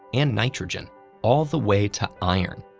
and nitrogen all the way to iron.